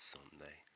Sunday